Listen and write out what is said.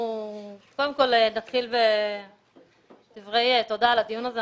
קודם כל, נתחיל בדברי תודה לדיון הזה.